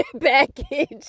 package